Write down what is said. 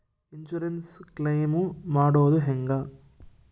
Insurance claim ಮಾಡೋದು ಹೆಂಗ?